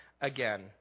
again